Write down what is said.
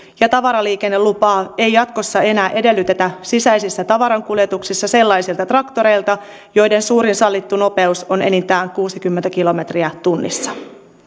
ja tavaraliikennelupaa ei jatkossa enää edellytetä sisäisissä tavarankuljetuksissa sellaisilta traktoreilta joiden suurin sallittu nopeus on enintään kuusikymmentä kilometriä tunnissa